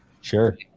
Sure